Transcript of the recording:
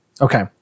Okay